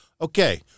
okay